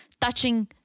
touching